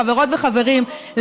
חברות וחברים,